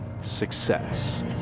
success